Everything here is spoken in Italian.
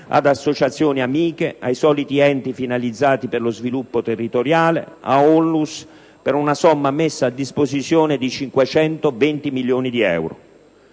ad associazioni amiche, ai soliti enti finalizzati per lo sviluppo territoriale e a ONLUS, per una somma messa a disposizione di 520 milioni di euro.